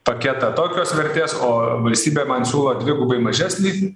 paketą tokios vertės o valstybė man siūlo dvigubai mažesnį